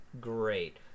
Great